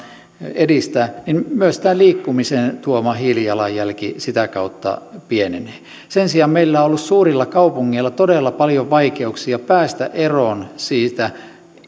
edistää niin myös liikkumisen tuoma hiilijalanjälki sitä kautta pienenee sen sijaan meillä on ollut suurilla kaupungeilla todella paljon vaikeuksia päästä eroon siitä